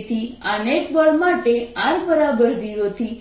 તેથી આ નેટ બળ માટે r 0 થી